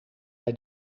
bij